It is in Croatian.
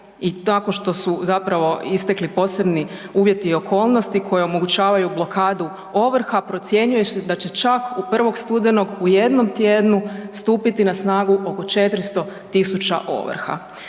i tako što su zapravo istekli posebni uvjeti i okolnosti koje omogućavaju blokadu ovrha, procjenjuje se da će čak 1. studenog u jednom tjednu stupiti na snagu oko 400 000 ovrha.